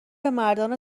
مردان